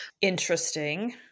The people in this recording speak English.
Interesting